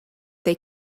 they